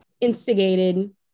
instigated